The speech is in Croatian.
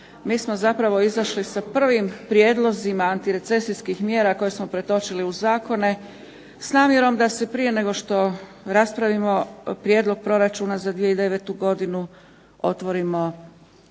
mi smo zapravo izašli sa prvim prijedlozima antirecesijskih mjera koje smo pretočili u zakone s namjerom da se prije nego što raspravimo Prijedlog proračuna za 2009. godinu otvorimo